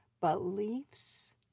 beliefs